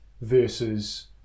versus